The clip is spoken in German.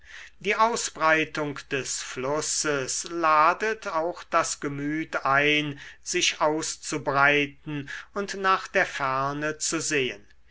die ausbreitung des flusses ladet auch das gemüt ein sich auszubreiten und nach der ferne zu sehen